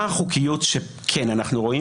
מה החוקיות שכן אנחנו רואים?